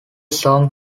song